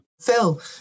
Phil